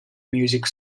music